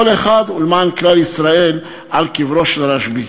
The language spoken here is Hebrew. אחד ולמען כלל ישראל על קברו של רשב"י.